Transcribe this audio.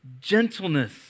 gentleness